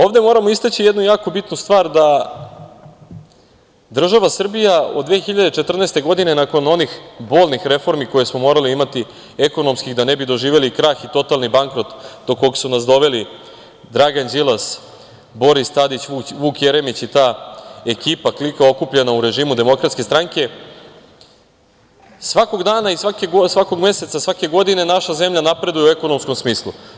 Ovde moramo istaći jednu jako bitnu stvar, da država Srbija od 2014. godine, nakon onih bolnih reformi koje smo morali imati, ekonomskih, da ne bi doživeli krah i totalni bankrot do kog su nas doveli Dragan Đilas, Boris Tadić, Vuk Jeremić i ta ekipa, klika okupljena u režimu Demokratske stranke, svakog dana i svakog meseca svake godine naša zemlja napreduje u ekonomskom smislu.